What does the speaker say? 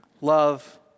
Love